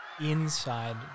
inside